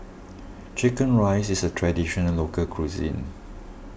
Chicken Rice is a Traditional Local Cuisine